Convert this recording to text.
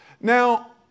Now